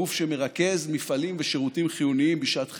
הגוף שמרכז מפעלים ושירותים חיוניים בשעת חירום.